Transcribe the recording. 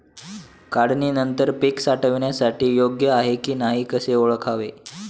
काढणी नंतर पीक साठवणीसाठी योग्य आहे की नाही कसे ओळखावे?